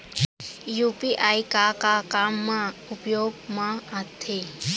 UPI का का काम मा उपयोग मा आथे?